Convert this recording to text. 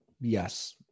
Yes